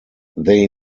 they